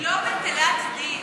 היא לא בטלת דין,